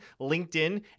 LinkedIn